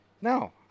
no